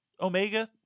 Omega